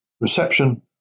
Reception